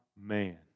man